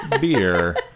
Beer